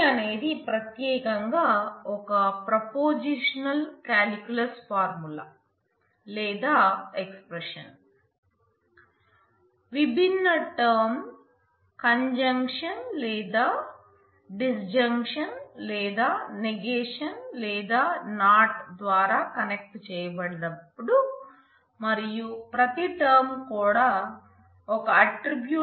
అందువల్ల ఇది ఒక సెట్